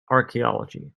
archaeology